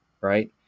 right